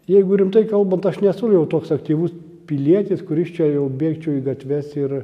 jeigu rimtai kalbant aš nesu jau toks aktyvus pilietis kuris čia jau bėgčiau į gatves ir